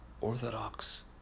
Orthodox